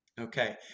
Okay